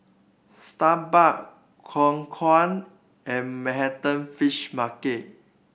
Starbucks Khong Guan and Manhattan Fish Market